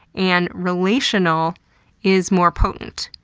and relational is more potent.